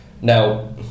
now